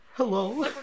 Hello